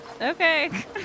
Okay